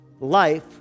life